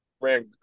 ran